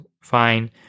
fine